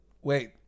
Wait